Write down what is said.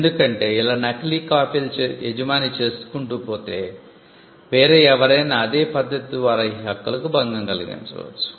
ఎందుకంటే ఇలా నకిలీ కాపీలు యజమాని చేసుకుంటూ పోతే వేరే ఎవరైనా అదే పద్ధతి ద్వారా ఈ హక్కులకు భంగం కలిగించవచ్చు